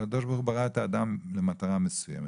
הקדוש ברוך הוא ברא את האדם במטרה מסוימת,